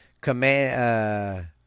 Command